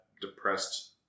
depressed